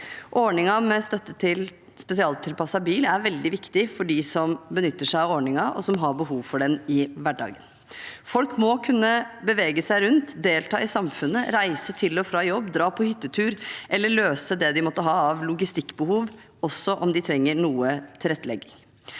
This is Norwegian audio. Ordningen med støtte til spesialtilpasset bil er veldig viktig for dem som benytter seg av ordningen, og som har behov for den i hverdagen. Folk må kunne bevege seg rundt, delta i samfunnet, reise til og fra jobb, dra på hyttetur eller løse det de måtte ha av logistikkbehov – også om de trenger noe tilrettelegging.